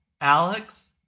Alex